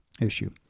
issue